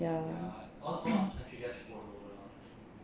ya